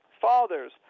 fathers